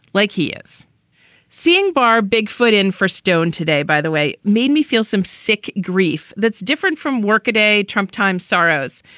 like he is seeing barr big foot in four stone today, by the way, made me feel some sick grief that's different from work-a-day trump time saros.